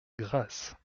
grasse